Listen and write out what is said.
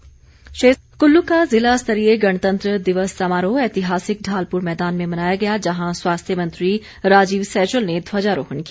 कुल्लू गणतंत्र दिवस कुल्लू का ज़िला स्तरीय गणतंत्र दिवस समारोह ऐतिहासिक ढालपुर मैदान में मनाया गया जहां स्वास्थ्य मंत्री राजीव सैजल ने ध्वजारोहण किया